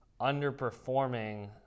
underperforming